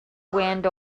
wind